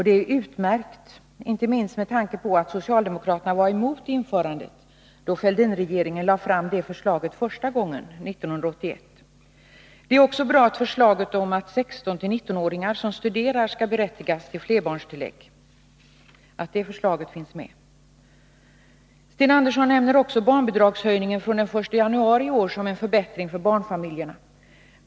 Det är utmärkt, inte minst med tanke på att socialdemokraterna var emot flerbarnstillägget då Fälldinregeringen första gången, 1981, lade fram sitt förslag. Förslaget om att ungdomar som äri åldern 16-19 år och som studerar skall berättiga till flerbarnstillägg är också bra. Sten Andersson nämner vidare höjningen av barnbidragen fr.o.m. den 1 januari i år och säger att det är en förbättring för barnfamiljerna.